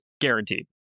Guaranteed